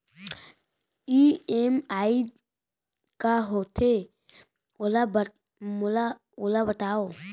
EMI का होथे, ओला बतावव